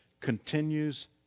continues